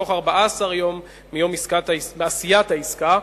בתוך 14 יום מיום עשיית העסקה,